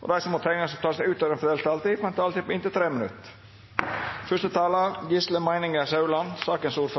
og de som måtte tegne seg på talerlisten utover den fordelte taletid, får en taletid på inntil 3 minutter.